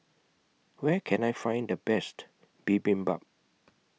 Where Can I Find The Best Bibimbap